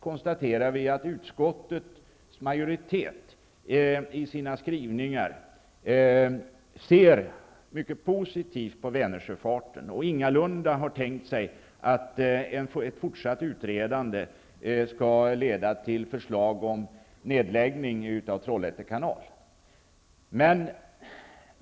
Utskottets majoritet uttrycker dock i sina skrivningar att den ser mycket positivt på Vänersjöfarten och ingalunda har tänkt sig att ett fortsatt utredande skulle leda till förslag om nedläggning av Trollhätte kanal.